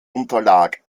unterlag